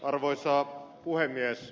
arvoisa puhemies